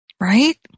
right